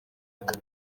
aka